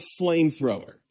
flamethrower